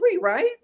right